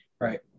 Right